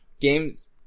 Games